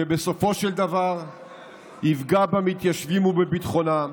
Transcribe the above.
שבסופו של דבר יפגע במתיישבים ובביטחונם,